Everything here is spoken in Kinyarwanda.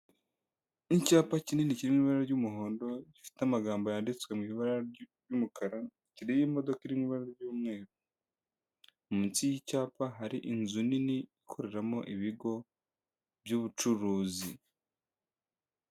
Icyapa kinini kiri mu ibara ry'umuhondo gifite amagambo yanditswe mu ibara ry'umukara, kiriho imodoka iri mu ibara ry'umweru. Munsi y'icyapa hari inzu nini ikoreramo ibigo by'ubucuruzi.